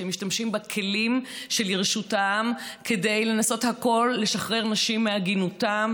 שמשתמשים בכלים שלרשותם כדי לנסות הכול לשחרר נשים מעגינותן,